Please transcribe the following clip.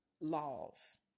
laws